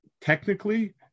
technically